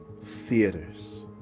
theaters